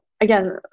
again